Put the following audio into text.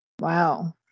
Wow